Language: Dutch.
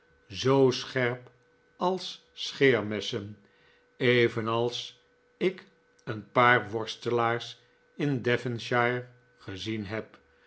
zoo scherp als scheermessen evenals ik een paar worstelaars in devonshire gezien heb